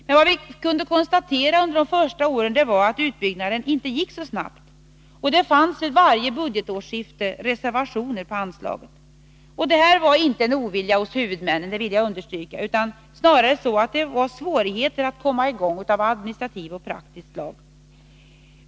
Men vi kunde under de första åren konstatera att utbyggnaden inte gick så snabbt. Det fanns vid varje budgetårsskifte reservationer på anslaget. Det var inte uttryck för en ovilja hos huvudmännen — det vill jag understryka — utan för att det förelåg svårigheter av administrativt och praktiskt slag att komma i gång.